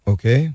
Okay